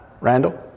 Randall